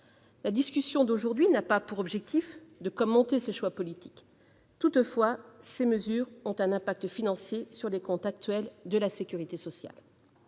La discussion d'aujourd'hui n'a pas pour objectif de commenter ces choix politiques. Toutefois, ces mesures ont un impact financier sur les comptes actuels de la sécurité sociale.